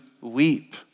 weep